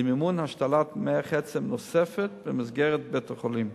למימון השתלת מח עצם נוספת במסגרת בית-החולים.